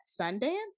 Sundance